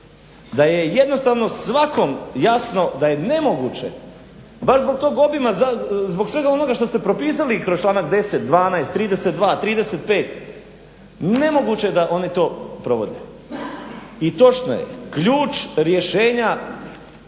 da je jednostavno svakom jasno da je nemoguće baš zbog tog obima, zbog svega onoga što ste propisali kroz članak 10., 12., 32., 35. nemoguće da oni to provode. I točno je, ključ rješenja